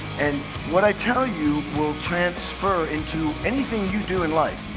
and what i tell you will transfer into anything you do in life.